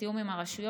בתיאום עם הרשויות.